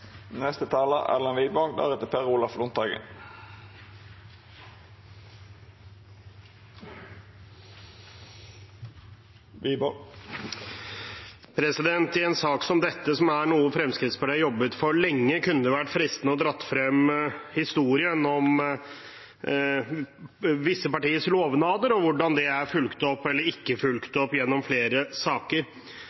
I en sak som dette, som er noe Fremskrittspartiet har jobbet for lenge, kunne det vært fristende å dra frem historien om visse partiers lovnader og hvordan det er fulgt opp eller ikke